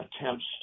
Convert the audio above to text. attempts